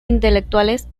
intelectuales